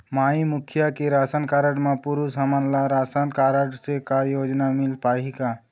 माई मुखिया के ration card म पुरुष हमन ला रासनकारड से का योजना मिल पाही का?